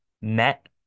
met